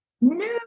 no